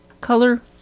Color